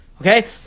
Okay